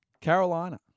Carolina